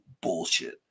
bullshit